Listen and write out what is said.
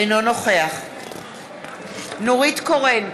אינו נוכח נורית קורן,